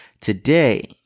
today